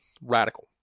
radical